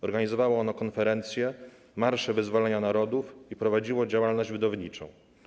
Organizowało ono konferencje, Marsze Wyzwolenia Narodów i prowadziło działalność wydawniczą.